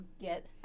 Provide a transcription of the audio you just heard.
get